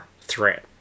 threat